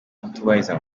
kutubahiriza